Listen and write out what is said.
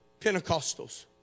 Pentecostals